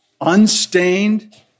unstained